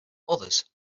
others